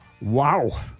Wow